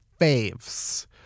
faves